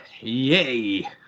Yay